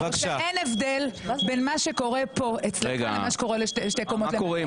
שאין הבדל בין מה שקורה פה אצלך לבין מה שקורה שתי קומות למעלה.